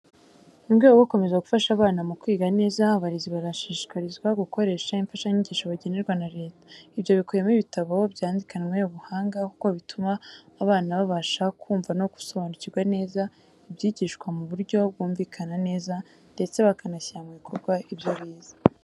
Mu rwego rwo gukomeza gufasha abana mu kwiga neza, abarezi barashishikarizwa gukoresha imfashanyigisho bagenerwa na leta. Ibyo bikubiyemo ibitabo byandikanwe ubuhanga kuko bituma abana babasha kumva no gusobanukirwa neza ibyigishwa mu buryo bwumvikana neza ndetse bakanashyira mu bikorwa ibyo bize.